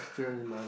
fear in my